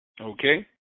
Okay